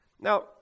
Now